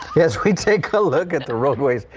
as we take a look at the roadways.